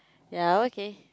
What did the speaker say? ya okay